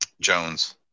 Jones